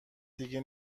دیگه